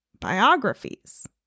biographies